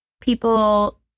people